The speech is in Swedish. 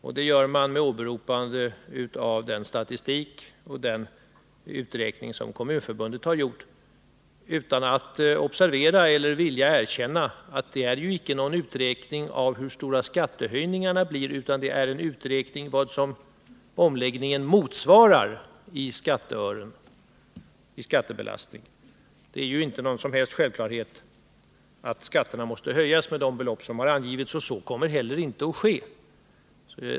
Och detta säger man med åberopande av den uträkning som Kommunförbundet har gjort, utan att observera eller vilja erkänna att det icke är någon uträkning av hur stora skattehöjningarna blir utan en uträkning av vad omläggningen motsvarar i skattebelastning. Det är inte självklart att skatterna måste höjas med de belopp som har angivits, och så kommer inte heller att ske.